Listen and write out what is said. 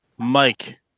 Mike